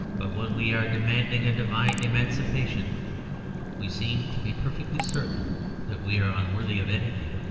but when we are demanding a divine emancipation we seem to be perfectly certain that we are unworthy of anything.